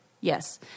Yes